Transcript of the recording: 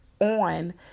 on